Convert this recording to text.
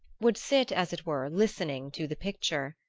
would sit as it were listening to the picture.